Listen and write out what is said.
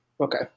okay